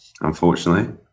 unfortunately